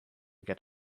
get